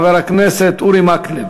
חבר הכנסת אורי מקלב.